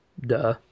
Duh